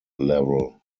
level